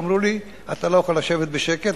שאמרו לי: אתה לא יכול לשבת בשקט.